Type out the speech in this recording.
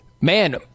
man